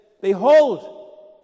Behold